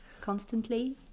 constantly